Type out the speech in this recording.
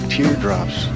Teardrops